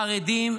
חרדים,